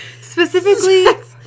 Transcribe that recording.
specifically